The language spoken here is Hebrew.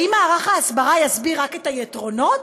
האם מערך ההסברה יסביר רק את היתרונות,